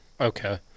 okay